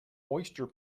oyster